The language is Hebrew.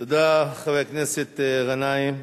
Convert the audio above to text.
תודה, חבר הכנסת גנאים.